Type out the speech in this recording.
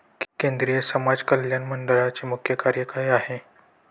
केंद्रिय समाज कल्याण मंडळाचे मुख्य कार्य काय आहे?